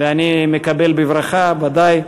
ואני מקבל בברכה, ודאי,